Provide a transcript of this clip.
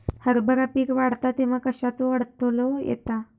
हरभरा पीक वाढता तेव्हा कश्याचो अडथलो येता?